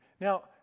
Now